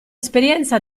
esperienza